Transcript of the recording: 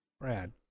Brad